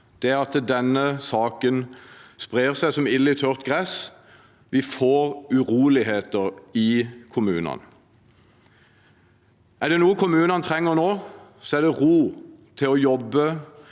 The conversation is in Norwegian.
er at denne saken sprer seg som ild i tørt gress. Vi får uroligheter i kommunene. Er det noe kommunene trenger nå, er det ro til å jobbe.